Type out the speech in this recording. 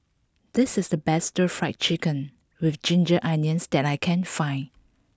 this is the best Stir Fry Chicken with Ginger Onions that I can find